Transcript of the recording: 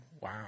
wow